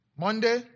Monday